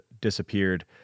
disappeared